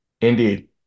Indeed